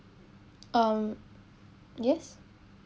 um yes